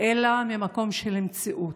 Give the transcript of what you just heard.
אלא ממקום של מציאות,